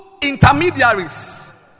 intermediaries